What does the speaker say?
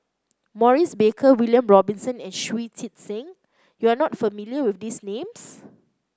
Maurice Baker William Robinson and Shui Tit Sing you are not familiar with these names